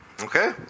Okay